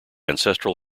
ancestral